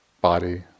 body